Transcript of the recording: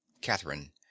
Catherine